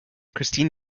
christine